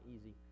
easy